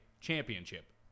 championship